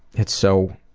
it's so,